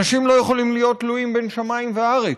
אנשים לא יכולים להיות תלויים בין שמיים וארץ.